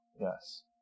Yes